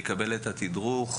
יקבל את התדרוך,